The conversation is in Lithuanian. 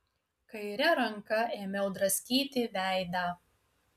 kaire ranka ėmiau draskyti veidą